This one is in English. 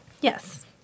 Yes